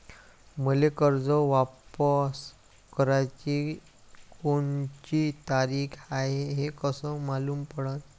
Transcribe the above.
मले कर्ज वापस कराची कोनची तारीख हाय हे कस मालूम पडनं?